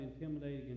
intimidating